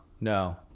No